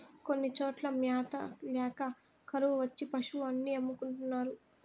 కొన్ని చోట్ల మ్యాత ల్యాక కరువు వచ్చి పశులు అన్ని అమ్ముకుంటున్నారు